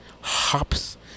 hops